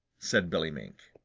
said billy mink.